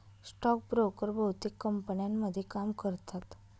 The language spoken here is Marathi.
स्टॉक ब्रोकर बहुतेक कंपन्यांमध्ये काम करतात